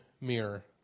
mirror